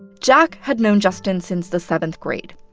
jack had known justin since the seventh grade,